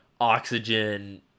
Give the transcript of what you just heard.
oxygen